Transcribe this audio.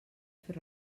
fer